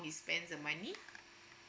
he spends the money